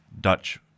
Dutch